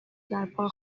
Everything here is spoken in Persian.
برپا